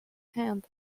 hand